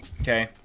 Okay